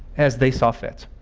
as they saw fit.